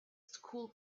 school